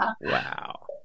Wow